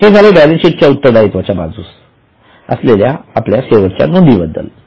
हे झाले बॅलेन्सशीटच्या उत्तरदायित्वाच्या बाजूस असलेल्या आपल्या शेवटच्या नोंदी बाबत